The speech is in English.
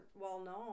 well-known